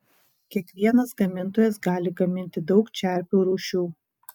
kiekvienas gamintojas gali gaminti daug čerpių rūšių